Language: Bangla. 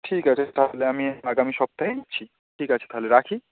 ঠিক আছে তাহলে আমি আগামী সপ্তাহে যাচ্ছি ঠিক আছে তাহলে রাখি